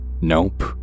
nope